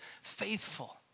faithful